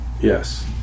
Yes